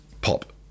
Pop